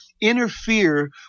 interfere